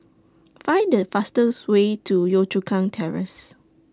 Find The fastest Way to Yio Chu Kang Terrace